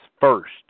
first